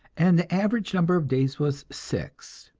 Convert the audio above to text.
and the average number of days was six.